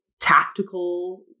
tactical